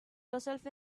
yourself